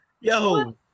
Yo